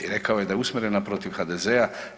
Rekao je da je usmjerena protiv HDZ-a.